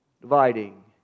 Dividing